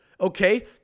okay